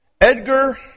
Edgar